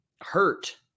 hurt